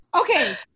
Okay